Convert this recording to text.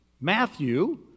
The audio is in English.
Matthew